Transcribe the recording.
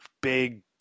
big